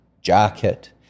jacket